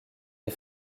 les